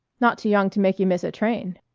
not too young to make you miss a train.